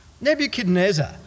Nebuchadnezzar